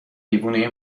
دیوونه